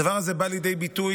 הדבר הזה בא לידי ביטוי